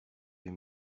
vais